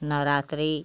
Navratri